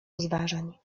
rozważań